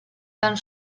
tan